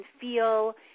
feel